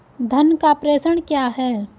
धन का प्रेषण क्या है?